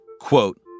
quote